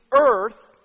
earth